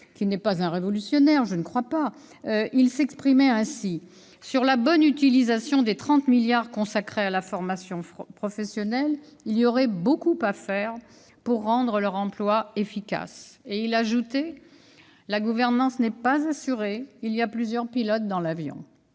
n'est pas un révolutionnaire, s'exprimait ainsi sur la bonne utilisation des 30 milliards d'euros consacrés à la formation professionnelle :« Il y aurait beaucoup à faire pour rendre leur emploi efficace. » Il ajoutait :« La gouvernance n'est pas assurée, il y a plusieurs pilotes dans l'avion. »